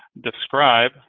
Describe